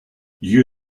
you